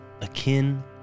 akin